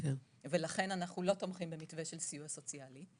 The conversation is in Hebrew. ולכן אנחנו לא תומכים במתווה של סיוע סוציאלי.